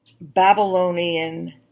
Babylonian